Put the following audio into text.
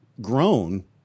grown